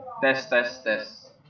this this this